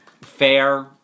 fair